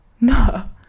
No